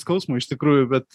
skausmo iš tikrųjų bet